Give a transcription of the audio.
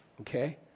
okay